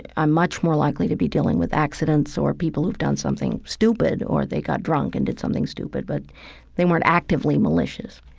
i'm much more likely to be dealing with accidents or people who've done something stupid or they got drunk and did something stupid, but they weren't actively malicious